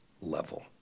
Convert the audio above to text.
level